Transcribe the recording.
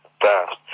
fast